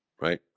right